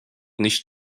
nicht